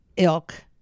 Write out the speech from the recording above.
ilk